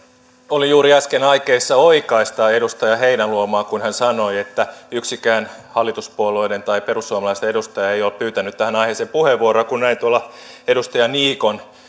olin juuri äsken aikeissa oikaista edustaja heinäluomaa kun hän sanoi että yksikään hallituspuolueiden tai perussuomalaisten edustaja ei ole pyytänyt tähän aiheeseen puheenvuoroa kun näin tuolla edustaja niikon